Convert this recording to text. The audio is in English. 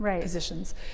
positions